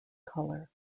colour